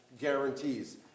guarantees